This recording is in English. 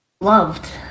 loved